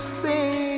say